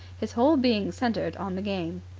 his whole being centred on the game.